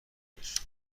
تولدش